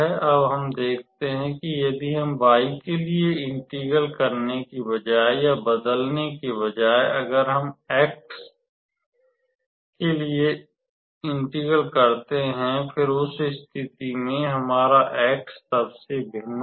अब हम देखते हैं कि यदि हम y के लिए इंटेग्रल करने के बजाय या बदलने के बजाय अगर हम पहले x के लिए इंटेग्रल करते हैं फिर उस स्थिति में हमारा x तब से भिन्न होगा